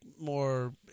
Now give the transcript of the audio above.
more